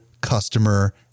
customer